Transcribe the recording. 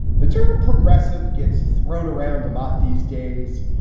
the term progressive gets thrown around a lot these days.